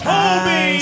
Toby